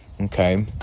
okay